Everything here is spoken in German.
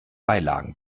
beilagen